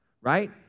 right